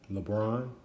LeBron